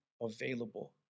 available